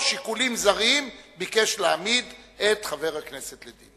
שיקולים זרים ביקש להעמיד את חבר הכנסת לדין.